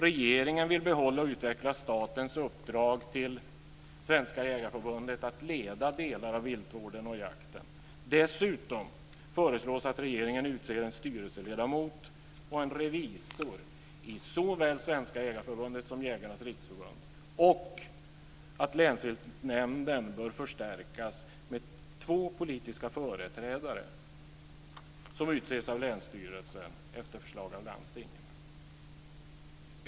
Regeringen vill behålla och utveckla statens uppdrag till Svenska Jägareförbundet att leda delar av viltvården och jakten. Dessutom föreslås att regeringen utser en styrelseledamot och en revisor i såväl Svenska Jägareförbundet som Jägarnas riksförbund samt att Länsviltnämnden bör förstärkas med två politiska företrädare som utses av länsstyrelsen efter förslag av landstinget.